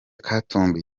katumbi